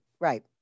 Right